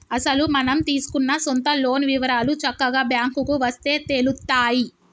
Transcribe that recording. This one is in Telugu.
అసలు మనం తీసుకున్న సొంత లోన్ వివరాలు చక్కగా బ్యాంకుకు వస్తే తెలుత్తాయి